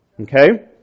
Okay